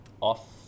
off